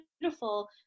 beautiful